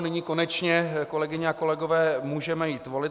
Nyní konečně, kolegyně a kolegové, můžeme jít volit.